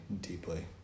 deeply